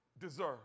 deserve